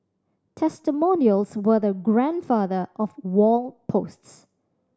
testimonials were the grandfather of wall posts